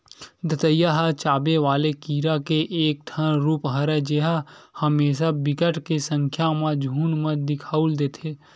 दतइया ह चाबे वाले कीरा के एक ठन रुप हरय जेहा हमेसा बिकट के संख्या म झुंठ म दिखउल देथे